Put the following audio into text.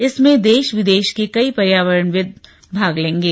इसमें देश विदेश के कई पर्यावरणविद भाग लेंगे